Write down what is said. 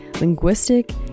linguistic